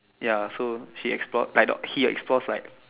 ya so she explored like he explored like